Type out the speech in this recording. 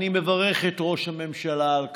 אני מברך את ראש הממשלה על כך.